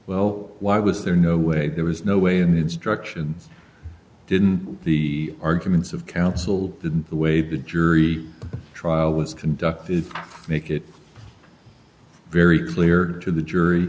well why was there no way there was no way in the instructions didn't the arguments of counsel the way the jury trial was conducted make it very clear to the jury